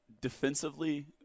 defensively